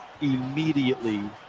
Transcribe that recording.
immediately